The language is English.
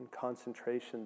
concentration